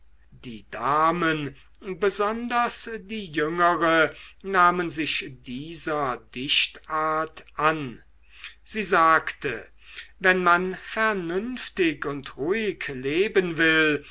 die damen besonders die jüngere nahmen sich dieser dichtart an sie sagte wenn man vernünftig und ruhig leben will